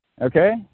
okay